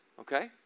Okay